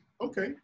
Okay